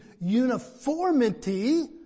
uniformity